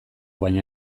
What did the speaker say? baina